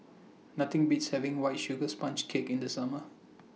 Nothing Beats having White Sugar Sponge Cake in The Summer